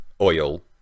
oil